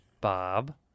Bob